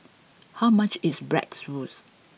how much is Bratwurst